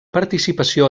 participació